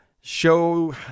show